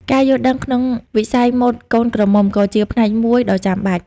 ការយល់ដឹងក្នុងវិស័យម៉ូដកូនក្រមុំក៏ជាផ្នែកមួយដ៏ចាំបាច់។